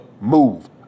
move